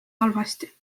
halvasti